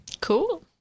Cool